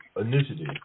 Initiative